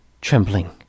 trembling